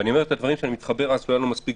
אני אומר את הדברים כי לא היה לנו מספיק